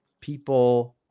people